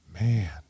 Man